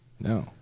No